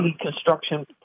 construction